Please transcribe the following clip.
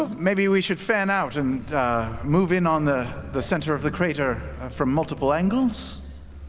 ah maybe we should fan out and move in on the the center of the crater from multiple angles?